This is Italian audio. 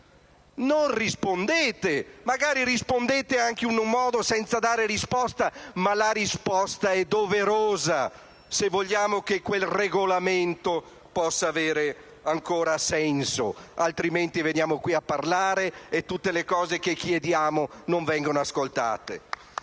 Non rispondete. Magari rispondeste in qualche modo, anche senza dare risposta, ma la risposta è doverosa, se vogliamo che quel Regolamento possa avere ancora senso, altrimenti veniamo qui parlare e tutte le nostre richieste non vengono ascoltate.